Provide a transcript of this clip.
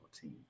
team